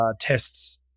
tests